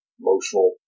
emotional